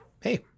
hey